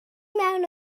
mewn